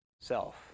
self